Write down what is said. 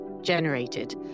generated